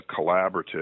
Collaborative